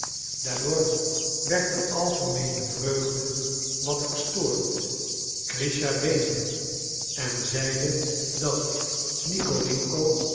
daardoor werd de algemeene vreugde wat verstoord grischa weende en zeide dat